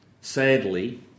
Sadly